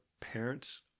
parents